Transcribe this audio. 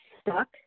stuck